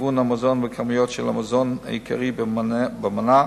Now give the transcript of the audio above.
גיוון המזון וכמויות המזון העיקרי במנה,